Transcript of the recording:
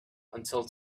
until